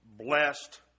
blessed